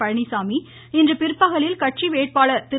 பழனிச்சாமி இன்று பிற்பகலில் கட்சி வேட்பாளர் திரு